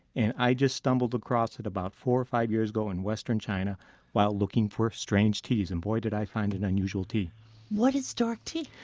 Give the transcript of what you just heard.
and i just stumbled across it about four or five years ago in western china while looking for strange teas. and boy did i find an unusual tea what is dark tea?